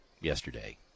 yesterday